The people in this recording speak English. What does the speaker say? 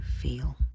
feel